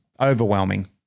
Overwhelming